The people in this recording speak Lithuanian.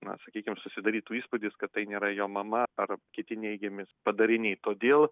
na sakykim susidarytų įspūdis kad tai nėra jo mama ar kiti neigiami padariniai todėl